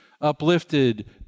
uplifted